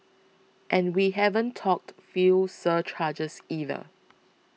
and we haven't talked fuel surcharges either